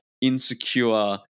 insecure